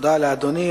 תודה לאדוני.